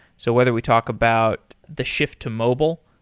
so whether we talk about the shift to mobile,